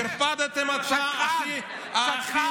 טרפדתם הצעה, שקרן.